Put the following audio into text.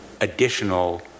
additional